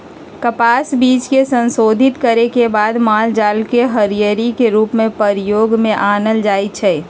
कपास बीज के संशोधित करे के बाद मालजाल के हरियरी के रूप में प्रयोग में आनल जाइ छइ